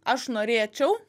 aš norėčiau